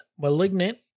malignant